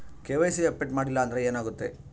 KYC update ಮಾಡಿಲ್ಲ ಅಂದ್ರೆ ಏನಾಗುತ್ತೆ?